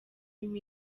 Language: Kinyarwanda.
impa